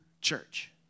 church